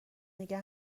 نگه